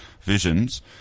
visions